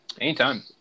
anytime